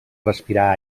respirar